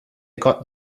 got